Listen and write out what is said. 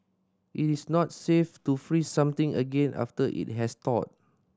it is not safe to freeze something again after it has thawed